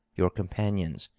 your companions,